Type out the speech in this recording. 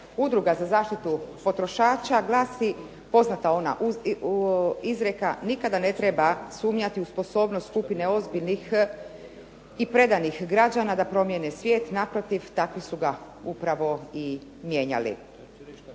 udruga za zaštitu potrošača glasi poznata ona izreka nikada ne treba sumnjati u sposobnost skupine ozbiljnih i predanih građana da promijene svijet. Naprotiv, takvi su ga upravo i mijenjali.